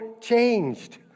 changed